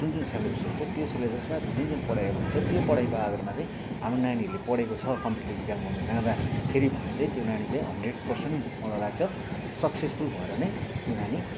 जुन जुन सेलेबसहरू छ त्यो सेलेबसमा जुन जुन पढाइहरू हुन्छ त्यो पढाइको आधारमा चाहिँ हाम्रो नानीहरूले पढेको छ कम्पिटेटिब इक्जाम गर्नु जाँदाखेरि भने चाहिँ त्यो नानी चै हन्ड्रेट पर्सेन्ट मलाई लाग्छ सक्सेसफुल भएर नै त्यो नानी